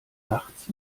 nachts